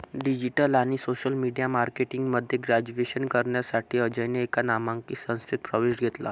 digital आणि social media marketing मध्ये graduation करण्यासाठी अजयने एका नामांकित संस्थेत प्रवेश घेतला